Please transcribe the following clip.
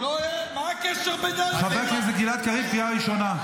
מה הקשר --- חבר הכנסת גלעד קריב, קריאה ראשונה.